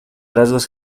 rasgos